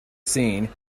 scene